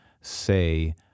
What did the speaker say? say